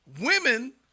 women